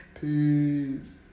Peace